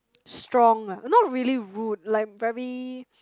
strong ah not really rude like very